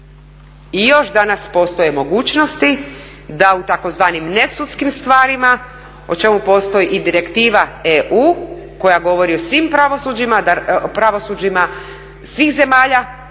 I još danas postoje mogućnosti da u tzv. nesudskim stvarima o čemu postoji i direktiva EU koja govori o svim pravosuđima,